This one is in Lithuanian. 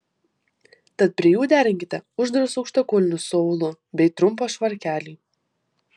tad prie jų derinkite uždarus aukštakulnius su aulu bei trumpą švarkelį